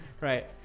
Right